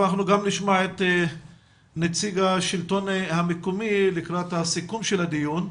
אנחנו נשמע את נציג השלטון המקומי לקראת סיכום הדיון.